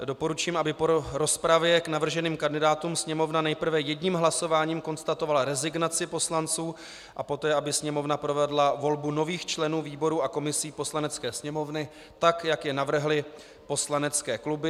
Doporučím, aby po rozpravě k navrženým kandidátům Sněmovna nejprve jedním hlasováním konstatovala rezignaci poslanců a poté aby Sněmovna provedla volbu nových členů výborů a komisí Poslanecké sněmovny tak, jak je navrhly poslanecké kluby.